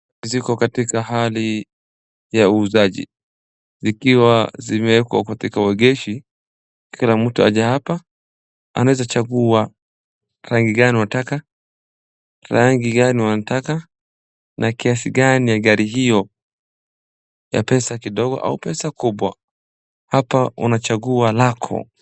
Ziko katika hali ya uuzaji, zikiwa zimewekwa katika uegesho, kila mtu aje hapa, anaweza chagua gari gani unataka na rangi gani unataka na kiasi gani ya gari hiyo, ya pesa kidogo au pesa kubwa. Hapa unachagua lako.